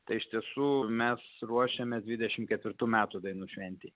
tai iš tiesų mes ruošiamės dvidešimt ketvirtų metų dainų šventei